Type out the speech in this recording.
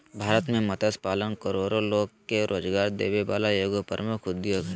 भारत में मत्स्य पालन करोड़ो लोग के रोजगार देबे वला एगो प्रमुख उद्योग हइ